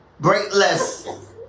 Breakless